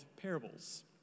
parables